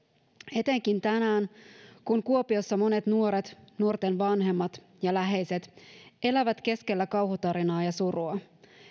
etenkin tänään kun kuopiossa monet nuoret nuorten vanhemmat ja läheiset elävät keskellä kauhutarinaa ja surua